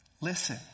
Listen